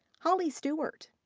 holly stewart.